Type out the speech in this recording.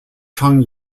chun